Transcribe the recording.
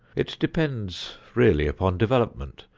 it depends really upon development,